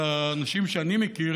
האנשים שאני מכיר,